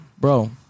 bro